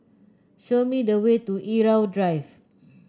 show me the way to Irau Drive